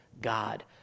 God